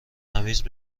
مرتب